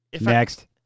Next